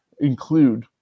include